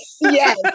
Yes